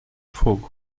fogo